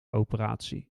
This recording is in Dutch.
operatie